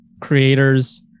creators